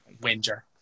Winger